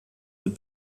mit